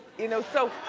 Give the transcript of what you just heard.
you know so.